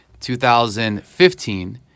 2015